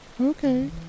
Okay